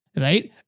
Right